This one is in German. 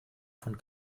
von